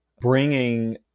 bringing